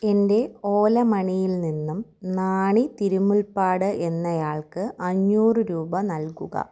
എൻ്റെ ഓല മണിയിൽ നിന്ന് നാണി തിരുമുൽപ്പാട് എന്നയാൾക്ക് അഞ്ഞൂറ് രൂപ നൽകുക